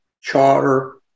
charter